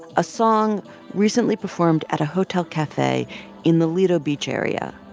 a song recently performed at a hotel cafe in the lido beach area.